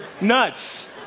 nuts